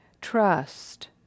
trust